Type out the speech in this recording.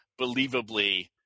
believably